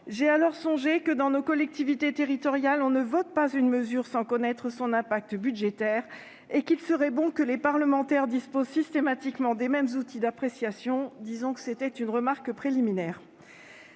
J'ai alors songé que, dans nos collectivités territoriales, on ne votait pas une mesure sans connaître son impact budgétaire. Il serait bon que les parlementaires disposent systématiquement des mêmes outils d'appréciation. C'était une remarque préliminaire